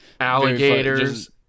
alligators